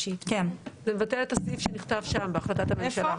זה מבטל את הסעיף שנכתב בהחלטת הממשלה.